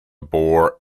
bore